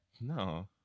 No